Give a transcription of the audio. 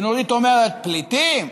ונורית אומרת: פליטים?